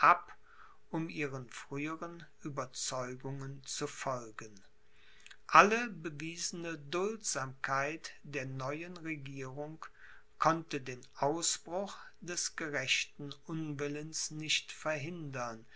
ab um ihren früheren ueberzeugungen zu folgen alle bewiesene duldsamkeit der neuen regierung konnte den ausbruch des gerechten unwillens nicht verhindern